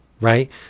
right